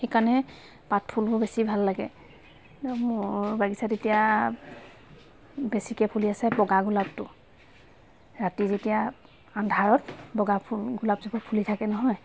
সেইকাৰণে পাত ফুলবোৰ বেছি ভাল লাগে মোৰ বাগিচাত এতিয়া বেছিকৈ ফুলি আছে বগা গোলাপটো ৰাতি যেতিয়া আন্ধাৰত বগা ফু গোলাপজোপা ফুলি থাকে নহয়